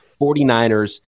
49ers